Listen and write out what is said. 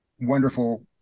wonderful